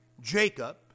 Jacob